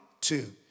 Two